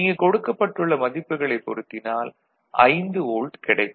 இங்கு கொடுக்கப்பட்டுள்ள மதிப்புகளைப் பொருத்தினால் 5 வோல்ட் கிடைக்கும்